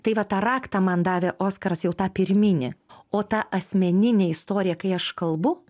tai va tą raktą man davė oskaras jau tą pirminį o tą asmeninę istoriją kai aš kalbu